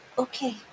Okay